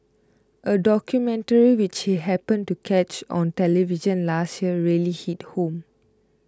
a documentary which he happened to catch on television last year really hit home